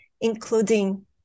including